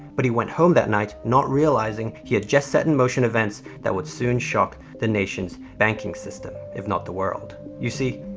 but he went home that night not realizing he had just set in motion events that would soon shock the nation's banking system, if not the world. you see,